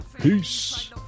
Peace